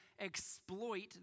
exploit